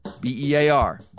B-E-A-R